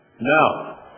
Now